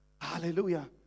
Hallelujah